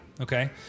okay